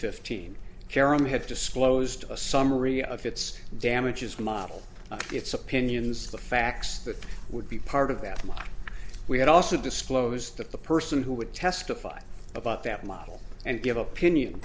fifteen jerram had disclosed a summary of its damages model its opinions the facts that would be part of that much we had also disclosed that the person who would testify about that model and give opinion